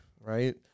right